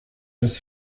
das